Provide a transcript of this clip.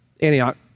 Antioch